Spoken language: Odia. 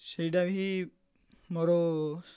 ସେଇଟା ହିଁ ମୋର